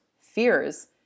fears